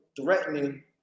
threatening